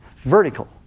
Vertical